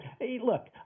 look